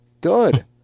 good